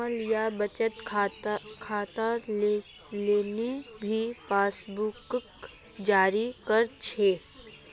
small या बचत खातार तने भी पासबुकक जारी कर छे